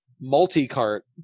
multi-cart